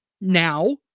Now